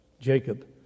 Jacob